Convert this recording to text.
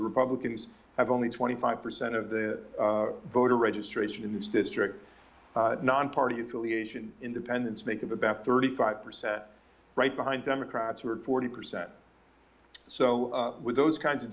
the republicans have only twenty five percent of the voter registration in this district non party affiliation independents make up about thirty five percent right behind democrats were forty percent so with those kinds of